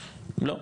לא,